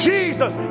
Jesus